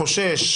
החושש